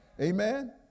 Amen